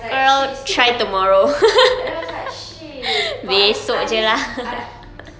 like shit it's too early and then I was like shit but I I miss I